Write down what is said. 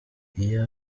iyo